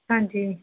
ਹਾਂਜੀ